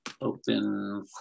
open